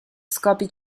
scopi